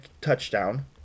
touchdown